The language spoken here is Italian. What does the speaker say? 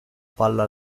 palla